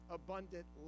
abundant